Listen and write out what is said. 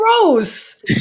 gross